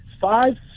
five